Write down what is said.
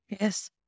Yes